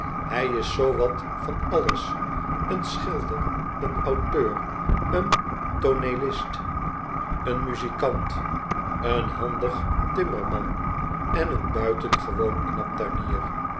hj is zoo wat van alles een schilder een auteur een tooneelist een muzikant een handig tiramerman en een buitengewoon knap tuinier